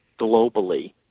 globally